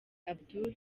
abdul